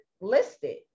listed